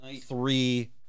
three